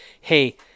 hey